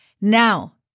Now